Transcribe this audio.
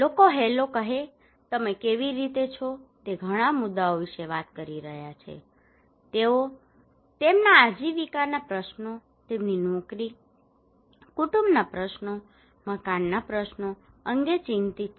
લોકો હેલો કહે તમે કેવી રીતે છો તે ઘણા મુદ્દાઓ વિશે વાત કરી રહ્યા છે તેઓ તેમના આજીવિકાના પ્રશ્નો તેમની નોકરી કુટુંબના પ્રશ્નો મકાનોના પ્રશ્નો અંગે ચિંતિત છે